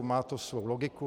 Mát to svou logiku.